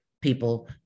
people